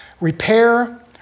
repair